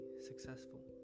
successful